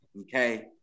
Okay